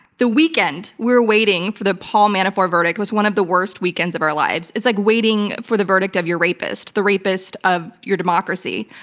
the weekend we were waiting for the paul manafort verdict was one of the worst weekends of our lives. it's like waiting for the verdict of your rapist, the rapist of your democracy.